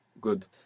Good